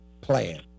plan